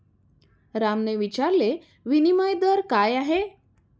रामने विचारले, विनिमय दर काय आहे?